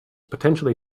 potentially